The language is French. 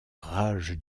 rage